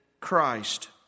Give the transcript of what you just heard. Christ